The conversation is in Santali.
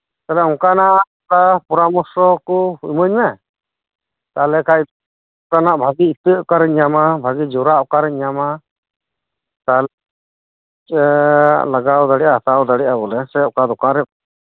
ᱚᱱᱠᱟᱱᱟᱜ ᱯᱚᱨᱟᱢᱚᱨᱥᱚ ᱠᱩ ᱤᱢᱟᱹᱧ ᱢᱮ ᱛᱟᱦᱚᱞᱮ ᱠᱷᱟᱡ ᱚᱱᱠᱟᱱᱟᱜ ᱵᱷᱟᱜᱤ ᱤᱛᱟᱹ ᱚᱠᱟᱨᱮᱧ ᱧᱟᱢᱟ ᱵᱷᱟᱜᱤ ᱡᱚᱨᱟ ᱚᱠᱟᱨᱮᱧ ᱧᱟᱢᱟ ᱞᱟᱜᱟᱣ ᱫᱟᱲᱤᱭᱟᱜ ᱦᱟᱛᱟᱣ ᱫᱟᱲᱤᱭᱟᱜ ᱵᱚᱞᱮ ᱥᱮ ᱚᱠᱟ ᱫᱚᱠᱟᱱ ᱨᱮ